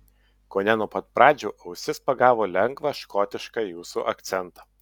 kone nuo pat pradžių ausis pagavo lengvą škotišką jūsų akcentą